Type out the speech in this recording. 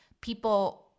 people